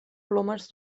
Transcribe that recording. plomes